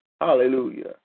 Hallelujah